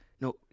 no